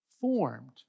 formed